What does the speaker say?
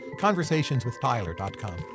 conversationswithtyler.com